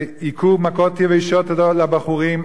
הכו מכות יבשות בבחורים,